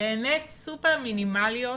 באמת סופר מינימליות